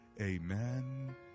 Amen